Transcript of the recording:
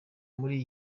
muri